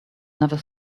never